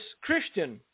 Christian